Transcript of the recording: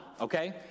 okay